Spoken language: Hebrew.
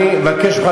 אני מבקש ממך,